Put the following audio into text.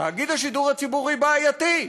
תאגיד השידור הציבורי בעייתי,